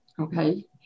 Okay